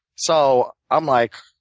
so i'm like